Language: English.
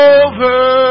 over